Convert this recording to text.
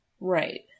right